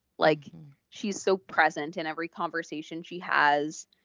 like she's so present in every conversation she has.